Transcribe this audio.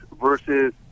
versus